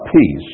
peace